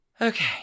Okay